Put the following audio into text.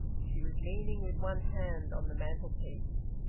she was leaning with one hand on the mantelpiece.